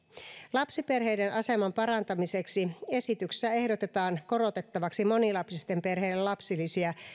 lapsiperheiden aseman parantamiseksi esityksessä ehdotetaan korotettavaksi monilapsisten perheiden lapsilisiä